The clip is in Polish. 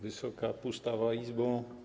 Wysoka Pustawa Izbo!